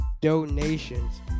donations